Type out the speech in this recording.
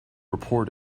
report